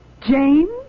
James